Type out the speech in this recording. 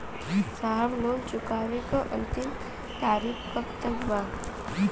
साहब लोन चुकावे क अंतिम तारीख कब तक बा?